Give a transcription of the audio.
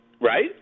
right